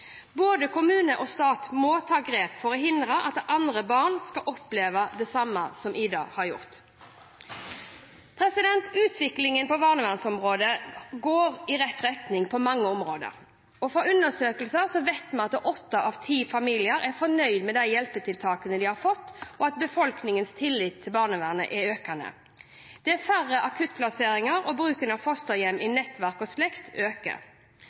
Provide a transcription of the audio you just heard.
Både kommune og stat må ta grep for å hindre at andre barn skal oppleve det samme som «Ida» har gjort. Utviklingen på barnevernsområdet går i rett retning på mange områder. Fra undersøkelser vet vi at åtte av ti familier er fornøyd med de hjelpetiltakene de har fått, og at befolkningens tillit til barnevernet er økende. Det er færre akuttplasseringer, og bruken av fosterhjem i nettverk og slekt øker.